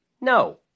No